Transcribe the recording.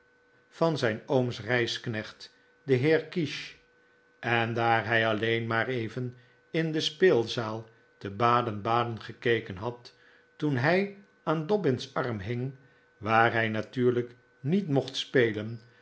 van zijn ooms reisknecht den heer kirsch en daar hij alleen maar even in de speelzaal te baden-baden gekeken had toen hij aan dobbin's arm hing waar hij natuurlijk niet mocht spelen